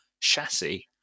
chassis